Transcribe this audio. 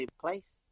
place